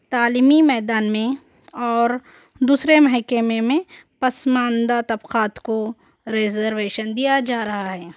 تعلیمی میدان میں اور دوسرے محکمے میں پس ماندہ طبقاوں کو ریزرویشن دیا جا رہا ہے